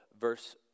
verse